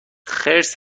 خرس